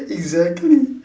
exactly